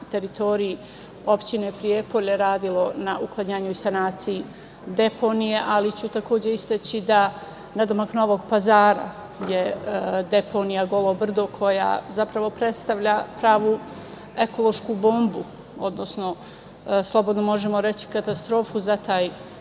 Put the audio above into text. teritoriji opštine Prijepolje radilo na uklanjanju i sanaciji deponije, ali ću takođe istaći da nadomak Novog Pazara je deponija Golo brdo koja predstavlja pravu ekološku bombu, odnosno slobodno možemo reći – katastrofu za taj